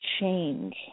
change